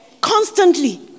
constantly